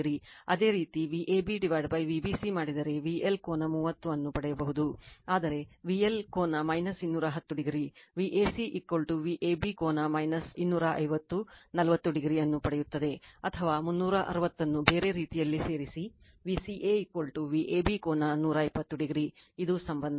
ಅದೇ ರೀತಿ Vab Vca ಮಾಡಿದರೆ VL ಕೋನ 30 ಅನ್ನು ಪಡೆಯುತ್ತದೆ ಆದರೆ VL ಕೋನ 210o Vca Vab ಕೋನ 250 40o ಅನ್ನು ಪಡೆಯುತ್ತದೆ ಅಥವಾ 360 ಅನ್ನು ಬೇರೆ ರೀತಿಯಲ್ಲಿ ಸೇರಿಸಿ Vca Vab ಕೋನ 120o ಇದು ಸಂಬಂಧ